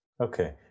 Okay